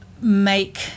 make